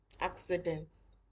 accidents